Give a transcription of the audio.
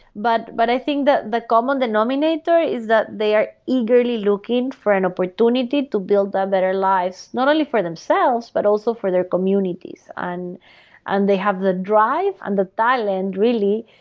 but but i think that the common denominator is that they are eagerly looking for an opportunity to build ah better lives not only for themselves, but also for their communities and they have the drive and the talent, really,